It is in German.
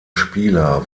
spieler